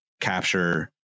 capture